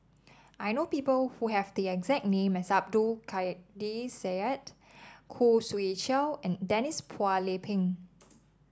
I know people who have the exact name as Abdul Kadir Syed Khoo Swee Chiow and Denise Phua Lay Peng